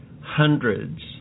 hundreds